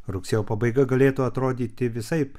rugsėjo pabaiga galėtų atrodyti visaip